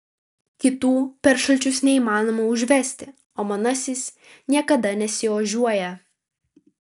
kitų per šalčius neįmanoma užvesti o manasis niekada nesiožiuoja